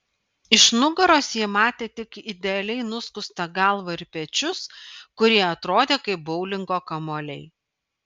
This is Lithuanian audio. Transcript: iš nugaros ji matė tik idealiai nuskustą galvą ir pečius kurie atrodė kaip boulingo kamuoliai